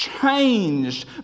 changed